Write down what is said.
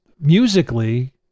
musically